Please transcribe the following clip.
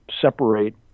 separate